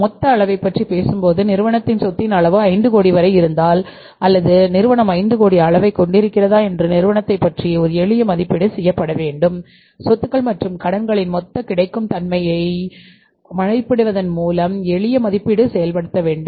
மொத்த அளவைப் பற்றி பேசும்போது நிறுவனத்தின் சொத்தின் அளவு 5 கோடி வரை இருந்தால் அல்லது நிறுவனம் 5 கோடி அளவைக் கொண்டிருக்கிறதா என்று நிறுவனத்தைப் பற்றி ஒரு எளிய மதிப்பீடு செய்யப்பட வேண்டும் சொத்துக்கள் மற்றும் கடன்களின் மொத்த கிடைக்கும் தன்மையை மதிப்பிடுவதன் மூலம் எளிய மதிப்பீடு செய்யப்பட வேண்டும்